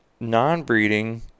Non-breeding